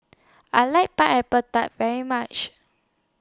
I like Pineapple Tart very much